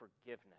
forgiveness